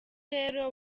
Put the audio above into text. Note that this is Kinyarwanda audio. rero